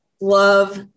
love